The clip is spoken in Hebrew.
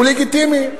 הוא לגיטימי?